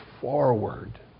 forward